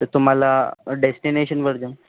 तर तुम्हाला डेस्टिनेशनवर जाऊ